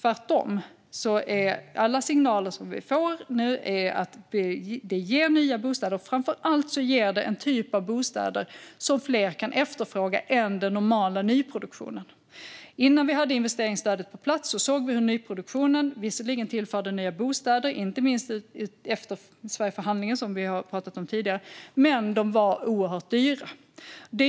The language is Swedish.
Tvärtom visar alla signaler vi får nu att det ger nya bostäder. Framför allt ger det en typ av bostäder som fler kan efterfråga än i den normala nyproduktionen. Innan vi hade investeringsstödet på plats såg vi hur nyproduktionen visserligen tillförde nya bostäder, inte minst genom Sverigeförhandlingen som vi har pratat om tidigare, men de var oerhört dyra.